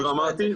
זה דרמטי,